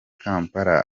kampala